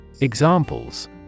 Examples